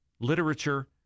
literature